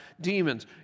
demons